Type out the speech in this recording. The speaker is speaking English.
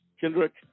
Kendrick